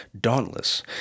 dauntless